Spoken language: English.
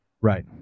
Right